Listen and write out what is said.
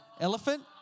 Elephant